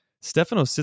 Stefano